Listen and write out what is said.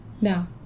No